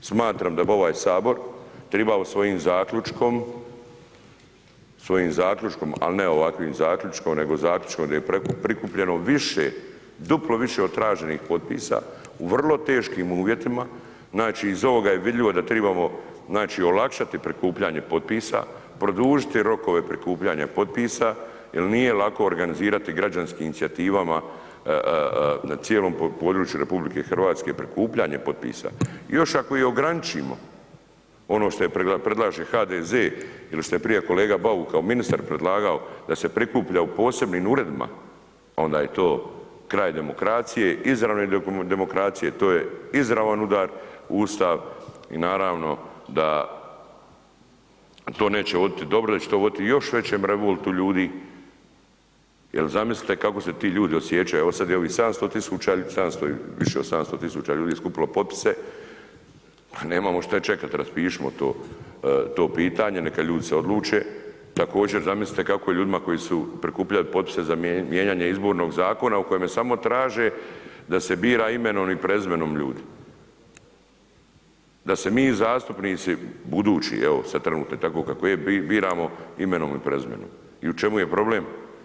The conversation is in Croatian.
Smatram da bi ovaj HS tribao svojim zaključkom, al ne ovakvim zaključkom, nego zaključkom gdje je prikupljeno više, duplo više od traženih potpisa u vrlo teškim uvjetima, znači iz ovoga je vidljivo da tribamo znači olakšati prikupljanje potpisa, produžiti rokove prikupljanja potpisa jel nije lako organizirati građanske inicijativama na cijelom području RH prikupljanje potpisa i još ako ih i ograničimo, ono šta predlaže HDZ ili šta je prija kolega Bauk kao ministar predlagao da se prikuplja u posebnim uredima, onda je to kraj demokracije, izravne demokracije, to je izravan udar u Ustav i naravno da to neće voditi dobro, da će to voditi još većem revoltu ljudi jel zamislite kako se ti ljudi osjećaju, evo sad je ovih 700 000, 700 i više od 700 000 ljudi skupilo potpise, a nemamo šta čekat, raspišimo to, to pitanje neka ljudi se odluče, također zamislite kako je ljudima koji su prikupljali potpise za mijenjanje Izbornog zakona u kojemu samo traže da se bira imenom i prezimenom ljudi, da se mi zastupnici budući, evo sad trenutno tako kako je biramo imenom i prezimenom, i u čemu je problem?